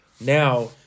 Now